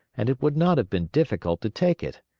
and it would not have been difficult to take it,